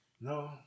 No